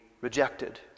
rejected